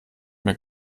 mehr